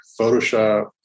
Photoshop